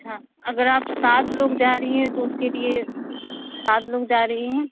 ہاں اگر آپ سات لوگ جا رہی ہیں تو اُس کے لیے سات لوگ جا رہی ہیں